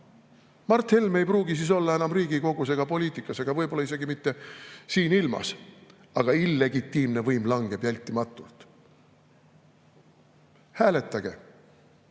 Mart Helme ei pruugi siis olla enam Riigikogus ega poliitikas ja võib-olla isegi mitte siinilmas. Aga illegitiimne võim langeb vältimatult. Hääletage,